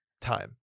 time